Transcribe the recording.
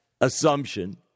assumption